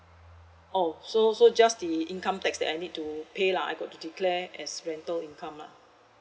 oh so so just the income tax that I need to pay lah I got to declare as rental income lah